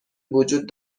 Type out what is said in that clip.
وجود